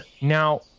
Now